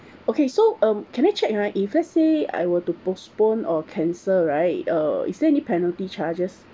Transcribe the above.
okay so um can I check ha if let's say I were to postpone or cancel right uh is there any penalty charges